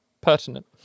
pertinent